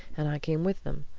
and i came with them.